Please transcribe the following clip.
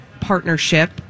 partnership